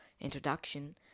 introduction